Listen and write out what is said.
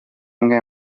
umwe